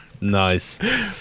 Nice